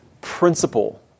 principle